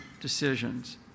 decisions